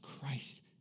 Christ